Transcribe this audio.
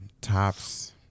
tops